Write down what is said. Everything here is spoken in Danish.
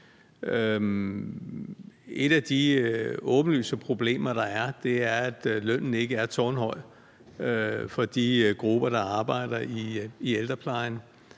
Et af de åbenlyse problemer, der er, er, at lønnen ikke er tårnhøj for de grupper, der arbejder i ældreplejen.